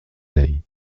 dei